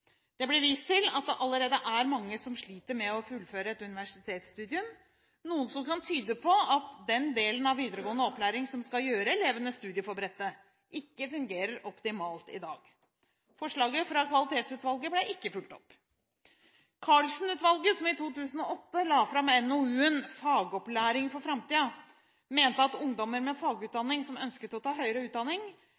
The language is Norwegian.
Det ble vist til at det allerede er mange som sliter med å fullføre et universitetsstudium, noe som kan tyde på at den delen av videregående opplæring som skal gjøre elevene studieforberedte, ikke fungerer optimalt i dag. Forslaget fra Kvalitetsutvalget ble ikke fulgt opp. Karlsen-utvalget, som i 2008 la fram NOU-en Fagopplæring for framtida, mente at ungdommer med